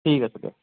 ঠিক আছে দিয়ক